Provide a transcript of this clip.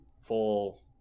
full